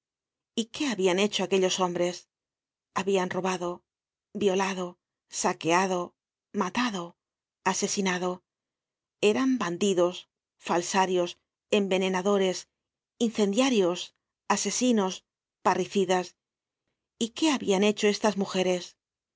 y qué habian hecho aquellos hombres habian robado violado saqueado matado asesinado eran bandidos falsarios envenenadores incendiarios asesinos parricidas y qué habian hecho estas mujeres